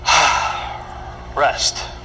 rest